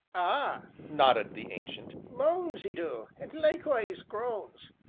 ah! nodded the ancient, moans e du, an' likewise groans.